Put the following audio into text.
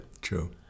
True